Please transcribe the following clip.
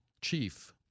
chief